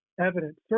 evidence